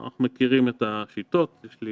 אנחנו מכירים את השיטות, ויש לי